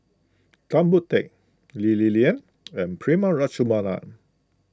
Tan Boon Teik Lee Li Lian and Prema Letchumanan